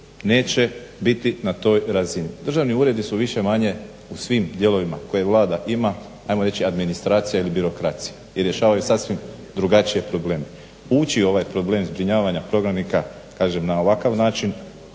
neće biti na toj razini, državni uredi su više-manje u svim dijelovima koje Vlada ima, ajmo reći administracija ili birokracija i rješavaju sasvim drugačije probleme. Ući u ovaj problem zbrinjavanja prognanika, kažem na ovakav način